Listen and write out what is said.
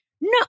No